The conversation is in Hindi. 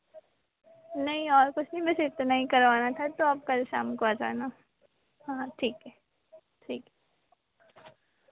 नहीं और कुछ नहीं बस इतना ही करवाना था तो आप कल शाम को आ जाना हाँ ठीक है ठीक